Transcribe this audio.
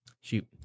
Shoot